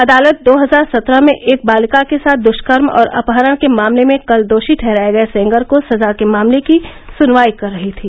अदालत दो हजार सत्रह में एक बालिका के साथ दुष्कर्म और अपहरण के मामले में कल दोषी ठहराये गये सेंगर को सजा के मामले की सुनवाई कर रही थी